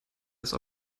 das